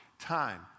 Time